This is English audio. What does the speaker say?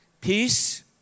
Peace